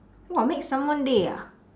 !whoa! make someone day ah